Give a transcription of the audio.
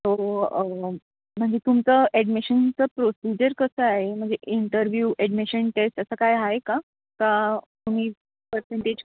तो म्हणजे तुमचं ॲडमिशनचं प्रोसिजर कसं आहे म्हणजे इंटरव्यू ॲडमिशन टेस्ट असं काही हाय का तुम्ही पर्सेंटेज